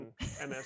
MS